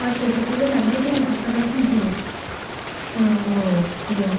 गुवाहाटीयाव सौफैगोरनानै जोंनि क'क्राझाराव फैसै औ औ दे